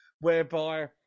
whereby